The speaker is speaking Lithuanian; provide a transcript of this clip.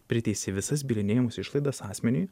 priteisė visas bylinėjimosi išlaidas asmeniui